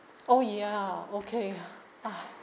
oh ya okay